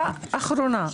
אחרונה.